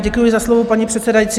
Děkuji za slovo, paní předsedající.